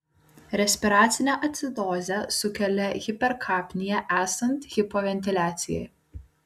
respiracinę acidozę sukelia hiperkapnija esant hipoventiliacijai